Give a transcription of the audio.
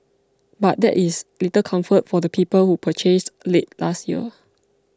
but that is little comfort for the people who purchased late last year